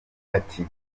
ati